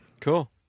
Cool